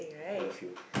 I love you